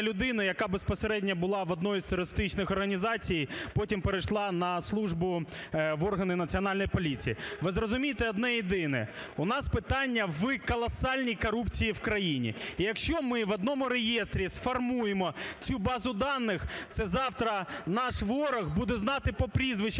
людини, яка безпосередньо була в одній із терористичних організацій. потім перейшла на службу в органи Національної поліції. Ви зрозумійте одне єдине: у нас питання в колосальній корупції в країні. І якщо ми в одному реєстрі сформуємо цю базу даних, це завтра наш ворог буде знати по прізвищам